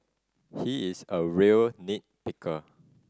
he is a real nit picker